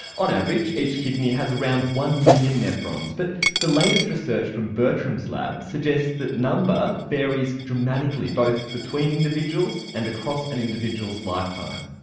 on average each kidney has around one million nephrons, but the latest research from bertram's lab suggests that that number varies dramatically both between individuals, and across an individual's lifetime.